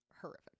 horrific